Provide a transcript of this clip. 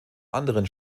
anderen